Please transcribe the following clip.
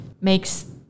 makes